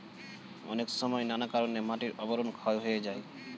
অনেক সময় নানা কারণে মাটির আবরণ ক্ষয় হয়ে যায়